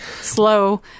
Slow